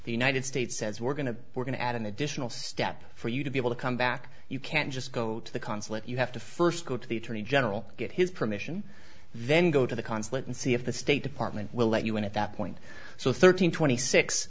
the united states says we're going to we're going to add an additional step for you to be able to come back you can't just go to the consulate you have to first go to the attorney general get his permission then go to the consulate and see if the state department will let you in at that point so thirteen twenty six